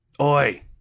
Oi